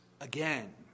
again